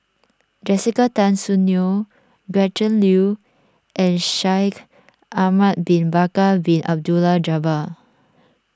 Jessica Tan Soon Neo Gretchen Liu and Shaikh Ahmad Bin Bakar Bin Abdullah Jabbar